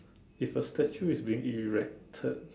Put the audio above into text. if a statue is being erected